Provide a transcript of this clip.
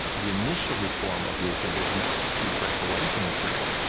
the initial reform of luther was not to break away from the church,